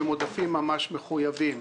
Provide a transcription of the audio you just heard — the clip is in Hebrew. הם עודפים ממש מחויבים,